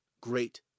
great